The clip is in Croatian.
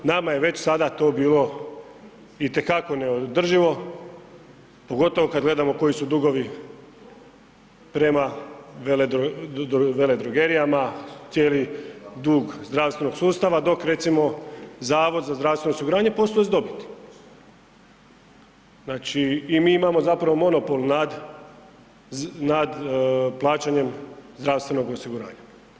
Nama je već sada to bilo itekako neodrživo, pogotovo kada gledamo koji su dugovi prema veledrogerijama cijeli dug zdravstvenog sustava, dok recimo Zavod za zdravstveno osiguranje posluje s dobiti i mi imamo monopol nad plaćanjem zdravstvenog osiguranja.